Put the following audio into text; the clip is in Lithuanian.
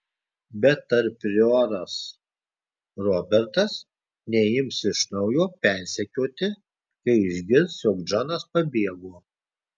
bet ar prioras robertas neims iš naujo persekioti kai išgirs jog džonas pabėgo